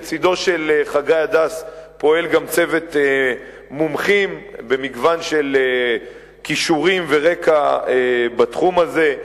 לצדו של חגי הדס פועל גם צוות מומחים במגוון של כישורים ורקע בתחום הזה.